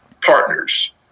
partners